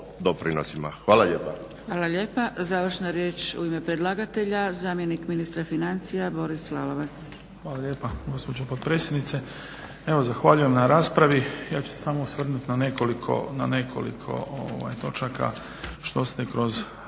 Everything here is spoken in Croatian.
doprinosima. Hvala lijepa.